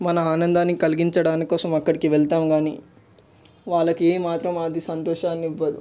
మన ఆనందాన్ని కలిగించడానికోసం అక్కడకి వెళతాం కాని వాళ్ళకు ఏమాత్రం అది సంతోషాన్నివ్వదు